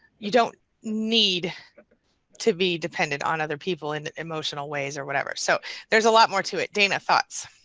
you don't need to be dependent on other people in emotional ways or whatever. so there's a lot more to it. dana thoughts?